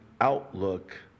outlook